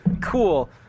Cool